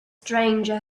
stranger